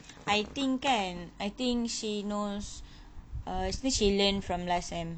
I think kan I think she knows uh means she learn from last sem